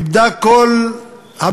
איבדה את כל הבלמים,